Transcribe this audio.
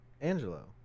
Angelo